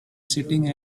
sitting